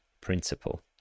principle